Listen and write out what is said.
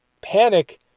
Panic